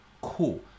Cool